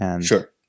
Sure